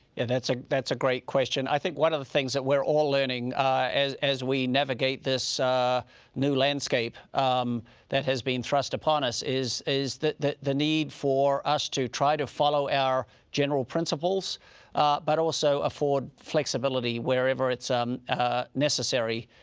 and that's like that's a great question. i think one of the things that we're all learning as as we navigate this ah new landscape that has been thrust upon us is is the need for us to try to follow our general principles but also afford flexibility wherever it's um ah necessary,